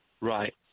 Right